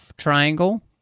triangle